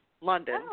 London